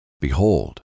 Behold